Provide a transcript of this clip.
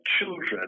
children